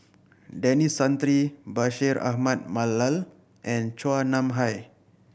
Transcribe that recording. Denis Santry Bashir Ahmad Mallal and Chua Nam Hai